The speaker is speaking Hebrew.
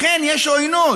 אכן יש עוינות,